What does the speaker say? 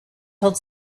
told